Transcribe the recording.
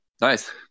Nice